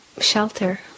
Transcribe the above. shelter